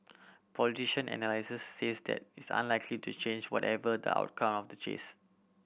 politician and analyst says that is unlikely to change whatever the outcome the chase